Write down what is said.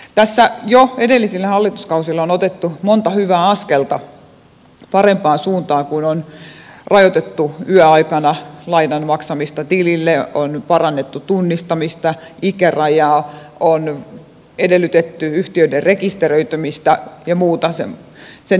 tässä jo edellisillä hallituskausilla on otettu monta hyvää askelta parempaan suuntaan kun on rajoitettu yöaikana lainan maksamista tilille on parannettu tunnistamista ikärajaa on edellytetty yhtiöiden rekisteröitymistä ja muuta sen lisäksi